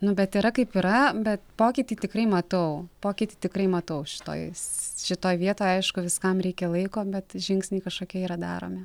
nu bet yra kaip yra bet pokytį tikrai matau pokytį tikrai matau šitoj s šitoj vietoj aišku viskam reikia laiko bet žingsniai kažkokie yra daromi